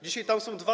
Dzisiaj tam są dwa